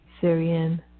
Syrian